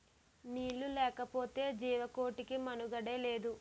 నీళ్లు లేకపోతె జీవకోటికి మనుగడే లేదు